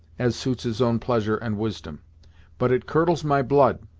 as suits his own pleasure and wisdom but it curdles my blood,